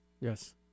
Yes